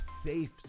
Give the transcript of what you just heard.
safe